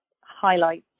highlights